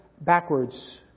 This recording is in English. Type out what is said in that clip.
backwards